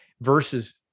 versus